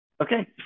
Okay